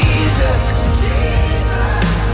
Jesus